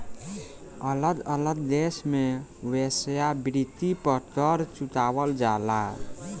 अलग अलग देश में वेश्यावृत्ति पर कर चुकावल जाला